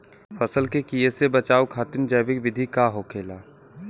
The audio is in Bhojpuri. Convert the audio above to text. फसल के कियेसे बचाव खातिन जैविक विधि का होखेला?